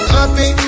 happy